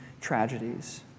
tragedies